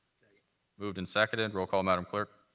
moved and seconded. roll call, madam clerk.